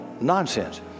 Nonsense